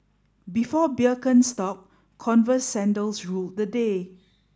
before Birkenstock Converse sandals ruled the day